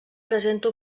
presenta